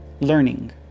learning